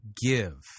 Give